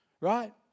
right